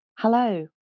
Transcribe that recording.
Hello